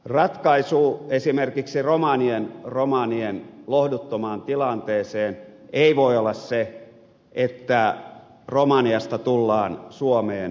ratkaisu esimerkiksi romanien lohduttomaan tilanteeseen ei voi olla se että romaniasta tullaan suomeen kerjäämään